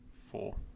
Four